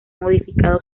modificado